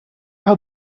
how